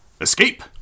escape